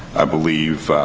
i believe,